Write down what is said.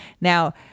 now